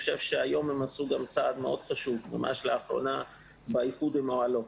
לאחרונה הם עשו צעד חשוב באיחוד עם אוהלו.